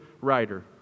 writer